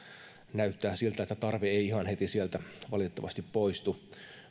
näyttää siltä että tarve ei ihan heti sieltä valitettavasti poistu